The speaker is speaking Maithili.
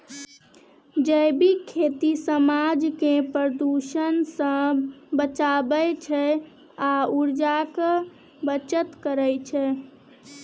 जैबिक खेती समाज केँ प्रदुषण सँ बचाबै छै आ उर्जाक बचत करय छै